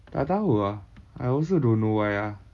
tak tahu ah I also don't know why ah